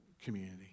community